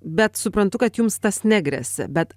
bet suprantu kad jums tas negresia bet